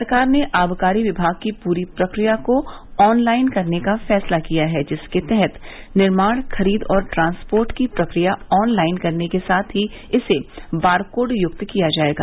सरकार ने आबकारी विभाग की पूरी प्रक्रिया को ऑन लाइन करने का फैसला किया है जिसके तहत निर्माण खरीद और ट्रांसपोर्ट की प्रक्रिया ऑन लाइन करने के साथ ही इसे बारकोड युक्त किया जायेगा